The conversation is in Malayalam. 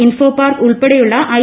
ഇൻഫോപാർക്ക് ഉൾപ്പെടെയുള്ള ഐ